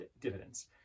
dividends